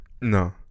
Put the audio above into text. No